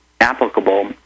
applicable